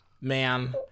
man